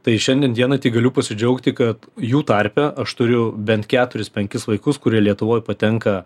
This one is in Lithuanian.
tai šiandien dienai tik galiu pasidžiaugti kad jų tarpe aš turiu bent keturis penkis vaikus kurie lietuvoj patenka